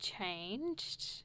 changed